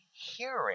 hearing